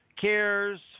cares